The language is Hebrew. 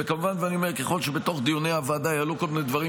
ואני אומר ככל שבתוך דיוני הוועדה יעלו כל מיני דברים,